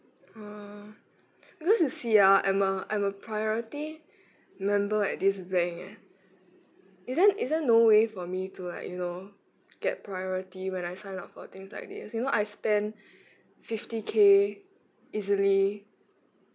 oh because you see ah I'm a I'm a priority member at this bank eh is there is there no way for me to like you know get priority when I sign up for things like this you know I spend fifty K easily